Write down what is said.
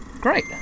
Great